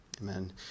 Amen